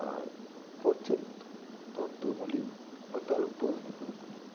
আর পশ্চাৎ দন্ত্যমূলী বা তালব্য ধ্বনি কোনগুলি